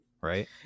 right